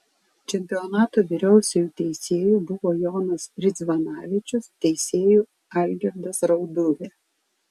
čempionato vyriausiuoju teisėju buvo jonas ridzvanavičius teisėju algirdas rauduvė